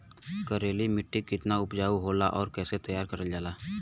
करेली माटी कितना उपजाऊ होला और कैसे तैयार करल जाला?